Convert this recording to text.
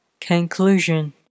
Conclusion